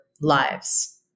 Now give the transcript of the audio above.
lives